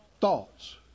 thoughts